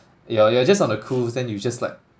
you're you're just on a cruise then you just like